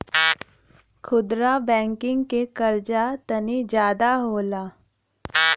खुदरा बैंकिंग के कर्जा तनी जादा होला